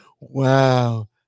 Wow